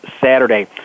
Saturday